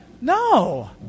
No